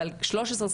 אבל 1325,